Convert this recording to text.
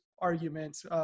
arguments